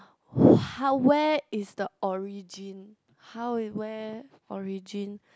how where is the origin how where origin